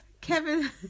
Kevin